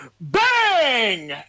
bang